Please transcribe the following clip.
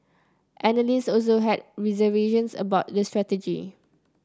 analysts also had reservations about the strategy